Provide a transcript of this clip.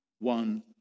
one